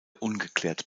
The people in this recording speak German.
ungeklärt